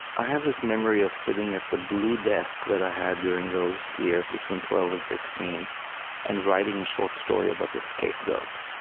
i have this memory of sitting at the blue desk that i had during those years between twelve and sixteen and writing a short story about the scapegoat.